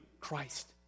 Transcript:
Christ